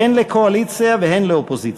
הן לקואליציה והן לאופוזיציה,